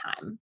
time